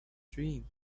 dream